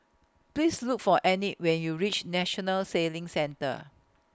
Please Look For Enid when YOU REACH National Sailing Centre